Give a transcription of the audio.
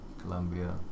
Colombia